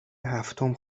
هفتم